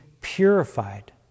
purified